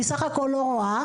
היא בסך הכול לא רואה.